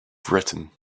britain